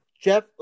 Jeff